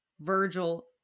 Virgil